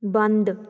ਬੰਦ